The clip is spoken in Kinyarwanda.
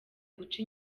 guca